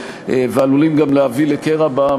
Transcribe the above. ועלולים גם להביא לקרע בעם.